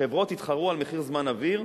החברות יתחרו על מחיר זמן אוויר,